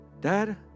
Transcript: Dad